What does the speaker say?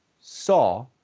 Saw